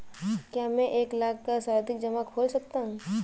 क्या मैं एक लाख का सावधि जमा खोल सकता हूँ?